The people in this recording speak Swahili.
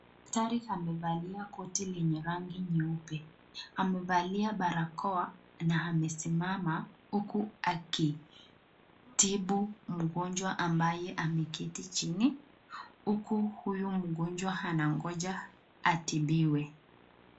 Daktari amevalia koti lenye rangi nyeupe, amevalia barakoa na amesimama uku akitibu mgonjwa ambaye ameketi chini uku huyu mgonjwa anagonja atibiwe.